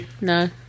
No